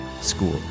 school